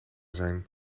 zijn